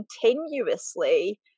continuously